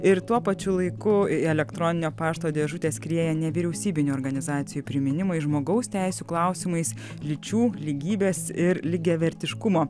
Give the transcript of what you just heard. ir tuo pačiu laiku į elektroninio pašto dėžutę skrieja nevyriausybinių organizacijų priminimai žmogaus teisių klausimais lyčių lygybės ir lygiavertiškumo